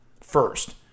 first